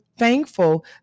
thankful